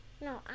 no